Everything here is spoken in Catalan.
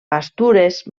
pastures